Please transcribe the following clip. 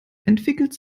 entwickelt